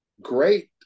great